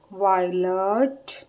wallet